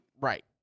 Right